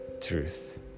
truth